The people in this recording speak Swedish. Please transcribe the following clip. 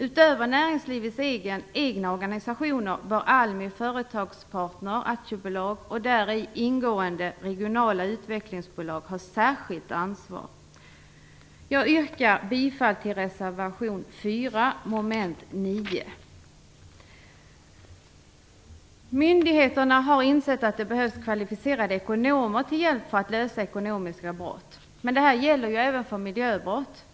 Utöver näringslivets egna organisationer bör ALMI företagspartner AB och däri ingående regionala utvecklingsbolag ha särskilt ansvar. Jag yrkar bifall till reservation 4 avseende mom. 9. Myndigheterna har insett att det behövs kvalificerade ekonomer till hjälp för att lösa ekonomiska brott. Det gäller även för miljöbrott.